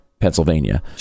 pennsylvania